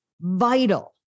vital